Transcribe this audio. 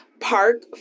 park